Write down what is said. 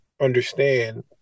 understand